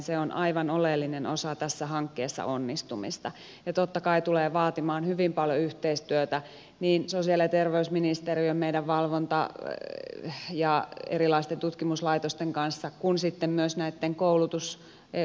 se on aivan oleellinen osa tässä hankkeessa onnistumista ja totta kai tulee vaatimaan hyvin paljon yhteistyötä niin sosiaali ja terveysministeriön meidän valvonta ja erilaisten tutkimuslaitosten kanssa kuin sitten myös näitten koulutuspaikkojen kanssa